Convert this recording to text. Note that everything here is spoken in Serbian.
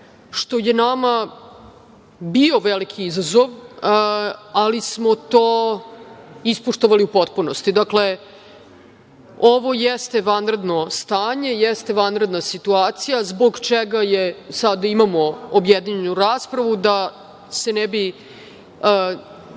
što je nama bio veliki izazov, ali smo to ispoštovali u potpunosti. Dakle, ovo jeste vanredno stanje, jeste vanredna situacija zbog čega sada imamo objedinjenu raspravu da se ne bi